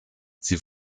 sie